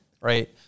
Right